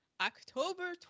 October